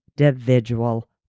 individual